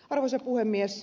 arvoisa puhemies